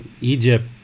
Egypt